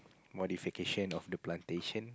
modification of the plantation